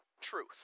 truth